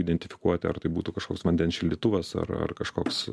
identifikuoti ar tai būtų kažkoks vandens šildytuvas ar ar kažkoks